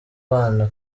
bana